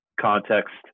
context